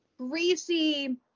greasy